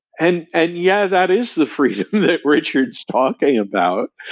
and and yeah, that is the freedom that richard's talking about.